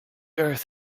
earth